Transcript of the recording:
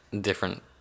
different